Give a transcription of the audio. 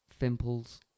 Fimple's